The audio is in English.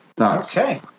Okay